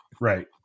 right